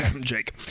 jake